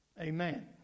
Amen